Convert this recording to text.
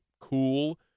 cool